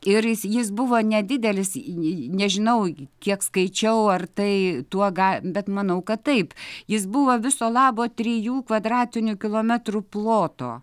ir jis jis buvo nedidelis nežinau kiek skaičiau ar tai tuo ga bet manau kad taip jis buvo viso labo trijų kvadratinių kilometrų ploto